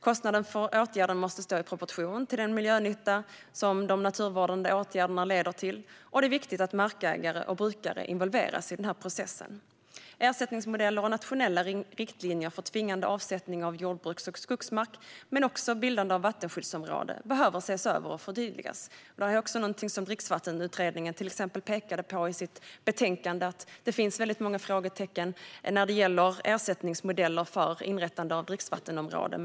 Kostnaden för åtgärden måste stå i proportion till den miljönytta som de naturvårdande åtgärderna leder till, och det är viktigt att markägare och brukare involveras i processen. Ersättningsmodeller och nationella riktlinjer för tvingande avsättning av jordbruks och skogsmark men också bildande av vattenskyddsområden behöver ses över och förtydligas. Det pekade också Dricksvattenutredningen på i sitt betänkande. Det finns många frågetecken när det gäller ersättningsmodeller för inrättande av dricksvattenområden.